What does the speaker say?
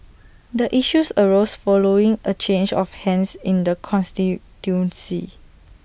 the issues arose following A change of hands in the constituency